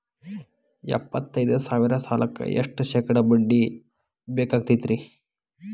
ಎಪ್ಪತ್ತೈದು ಸಾವಿರ ಸಾಲಕ್ಕ ಎಷ್ಟ ಶೇಕಡಾ ಬಡ್ಡಿ ತುಂಬ ಬೇಕಾಕ್ತೈತ್ರಿ?